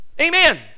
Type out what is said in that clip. Amen